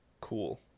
cool